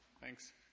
Thanks